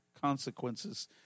consequences